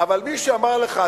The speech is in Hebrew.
אבל מישהו אמר לך,